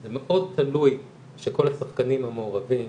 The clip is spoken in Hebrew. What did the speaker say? זה מאוד תלוי בזה שכל השחקנים המעורבים,